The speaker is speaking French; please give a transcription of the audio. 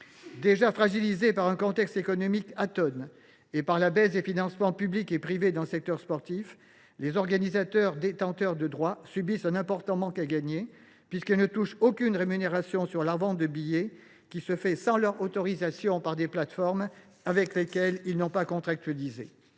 Déjà fragilisés par un contexte économique atone et par la baisse des financements publics et privés dans le secteur sportif, les organisateurs détenteurs de droit subissent un important manque à gagner, puisqu’ils ne touchent aucune rémunération sur la revente de billets, qui se fait sans leur autorisation par des plateformes avec lesquelles ils n’ont pas contractualisé.